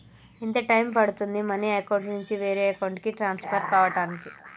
ఎంత టైం పడుతుంది money account నుంచి వేరే అకౌంట్ కి ట్రాన్స్ఫర్ కావటానికి?